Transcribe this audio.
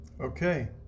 Okay